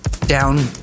down